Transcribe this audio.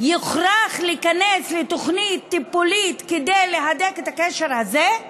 יוכרח להיכנס לתוכנית טיפולית כדי להדק את הקשר הזה?